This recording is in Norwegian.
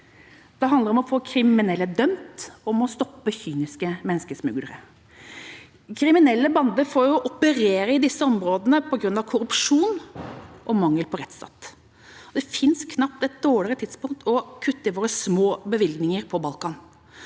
Det handler om å få kriminelle dømt og om å stoppe kyniske menneskesmuglere. Kriminelle bander får operere i disse områdene pga. korrupsjon og mangel på rettsstat. Det fins knapt et dårligere tidspunkt å kutte i våre små bevilgninger på Balkan